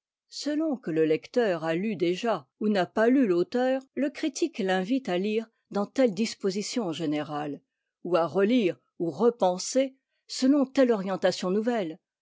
selon que le lecteur a lu déjà ou n'a pas lu l'auteur le critique l'invite à lire dans telle disposition générale ou à relire ou repenser selon telle orientation nouvelle